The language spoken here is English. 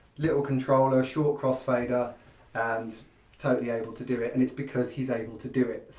little controller, short crossfader and totally able to do it and it's because he's able to do it.